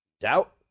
doubt